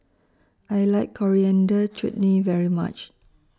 I like Coriander Chutney very much